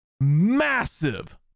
massive